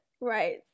Right